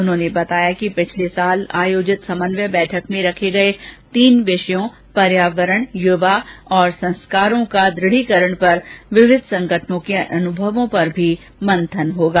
उन्होंने बताया कि पिछले साल आयोजित समन्वय बैठक में रखे गए तीन विषयों पर्यावरण युवा और संस्कारों का दुढ़ीकरण पर विविध संगठनों के अनुभवों पर भी मंथन होगा